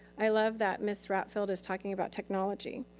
i love that ms. rattfield is talking about technology.